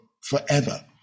forever